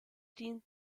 dient